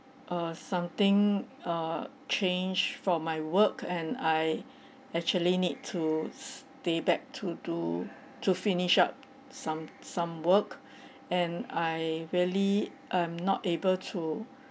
uh something uh change for my work and I actually need to stay back to to to finish up some some work and I really am not able to